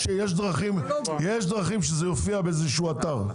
יש דרכים שזה יופיע באיזה שהוא אתר.